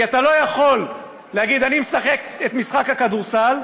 כי אתה לא יכול להגיד: אני משחק את משחק הכדורסל,